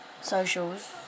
Socials